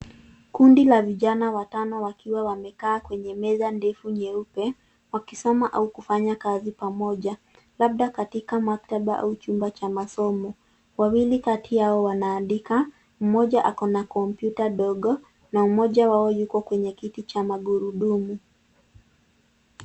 Kundi la vijana watano wakiwa wamekaa kwenye meza ndefu nyeupe wakisoma au kufanya kazi pamoja labda katika maktaba au chumba cha masomo. Wawili kati yao wanaandika. Mmoja ako na kompyuta ndogo na mmoja wao yuko kwenye kiti cha magurudumu.